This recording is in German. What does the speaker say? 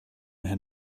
herrn